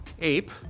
ape